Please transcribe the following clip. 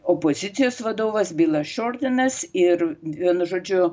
opozicijos vadovas bilas šiordinas ir vienu žodžiu